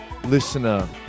Listener